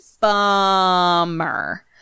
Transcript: bummer